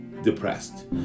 depressed